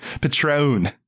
patron